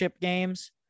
games